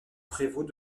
prévôt